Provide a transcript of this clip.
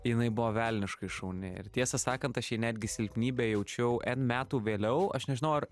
jinai buvo velniškai šauni ir tiesą sakant aš jai netgi silpnybę jaučiau en metų vėliau aš nežinau ar